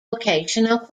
vocational